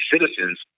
citizens